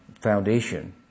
foundation